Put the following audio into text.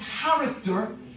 character